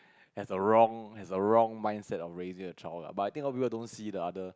has a wrong has a wrong mindset of raising a child lah but I think a lot people don't see the other